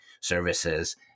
services